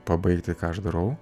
pabaigti ką aš darau